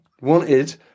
Wanted